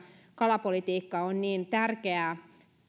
kalapolitiikka on niin tärkeää niin